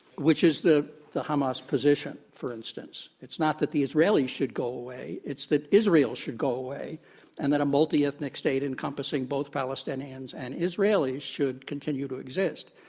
which is the the hamas position, for instance. it's not that the israelis should go away. it's that israel should go away and that a multi-ethnic state encompassing both palestinians and israelis should continue to exist.